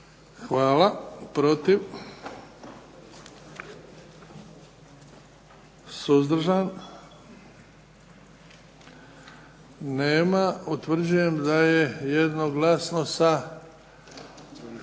Hvala. Protiv? Suzdržan? Nema. Utvrđujem da je jednoglasno